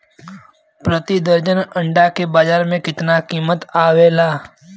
प्रति दर्जन अंडा के बाजार मे कितना कीमत आवेला?